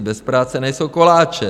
Bez práce nejsou koláče.